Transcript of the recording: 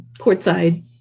courtside